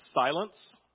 silence